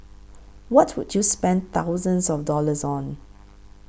what would you spend thousands of dollars on